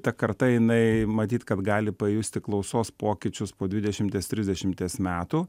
ta karta jinai matyt kad gali pajusti klausos pokyčius po dvidešimties trisdešimties metų